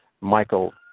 Michael